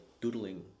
doodling